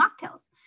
mocktails